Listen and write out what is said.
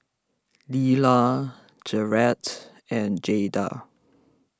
Lelia Jarrett and Jayda